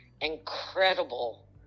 incredible